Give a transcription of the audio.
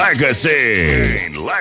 Legacy